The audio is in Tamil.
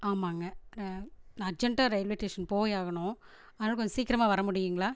ஆமாங்க நான் அர்ஜென்ட்டாக ரயில்வே ஸ்டேஷன் போயாகணும் அதனால கொஞ்சம் சீக்கிரமா வரமுடியுங்களா